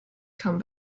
come